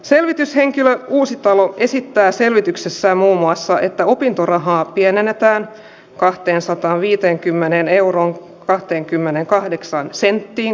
selvityshenkilö uusitalo esittää selvityksessä muun muassa että opintorahaa pienennetään kahteensataanviiteenkymmeneen euroon kahteenkymmeneenkahdeksaan senttiin